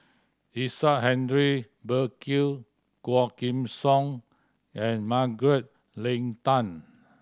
Isaac Henry Burkill Quah Kim Song and Margaret Leng Tan